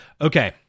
okay